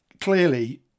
Clearly